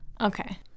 Okay